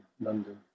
London